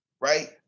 right